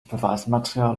beweismaterial